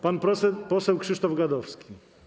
Pan poseł Krzysztof Gadowski.